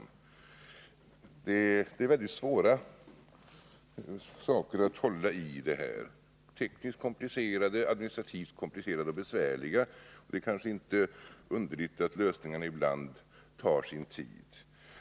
Eftersom dessa saker är väldigt svåra att hålla i och tekniskt och administrativt är komplicerade och besvärliga, är det kanske inte underligt att lösningarna ibland tar sin tid.